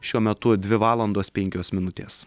šiuo metu dvi valandos penkios minutės